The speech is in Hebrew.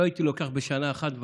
לא הייתי לוקח בשנה אחת ומבטל,